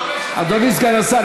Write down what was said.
אדוני סגן השר,